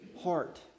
heart